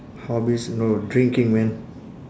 hobbies no drinking man